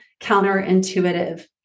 counterintuitive